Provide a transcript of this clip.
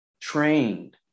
trained